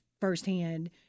firsthand